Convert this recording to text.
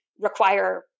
require